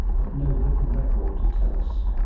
but no written record to tell us.